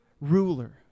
ruler